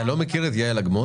אתה לא מכיר את יעל אגמון?